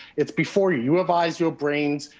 it's before you advise your brains,